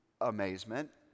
amazement